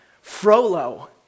Frollo